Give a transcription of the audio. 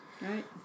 Right